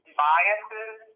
biases